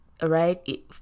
right